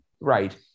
Right